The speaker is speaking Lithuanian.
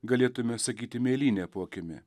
galėtumėme sakyti mėlynė po akimi